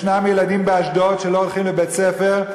יש ילדים באשדוד שלא הולכים לבית-ספר,